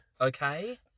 Okay